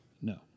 No